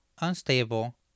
unstable